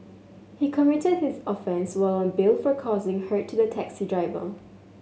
he committed his offence while on bail for causing hurt to the taxi driver